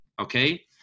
okay